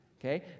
okay